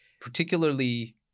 particularly